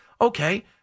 Okay